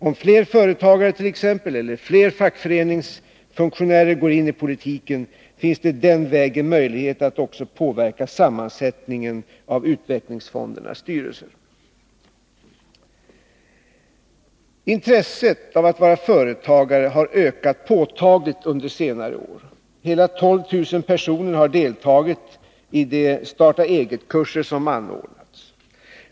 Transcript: Om fler företagare och fler fackföreningsfunktionärer ger sig in i politiken, finns det möjligheter att den vägen påverka sammansättningen av utvecklingsfondernas styrelser. Intresset för att vara företagare har ökat påtagligt under senare år. Så många som 12000 personer har deltagit i de starta-eget-kurser som anordnats.